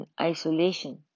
isolation